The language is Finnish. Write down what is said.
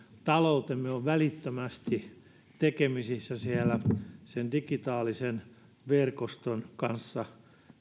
taloutemme on työskennellessämme välittömästi tekemisissä digitaalisen verkoston kanssa